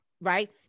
right